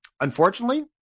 Unfortunately